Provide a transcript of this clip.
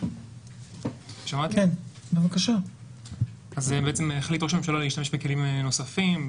ראש הממשלה החליט להשתמש בכלים נוספים,